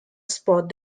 spot